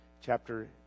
chapter